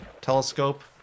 telescope